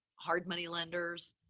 hard money lenders,